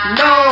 no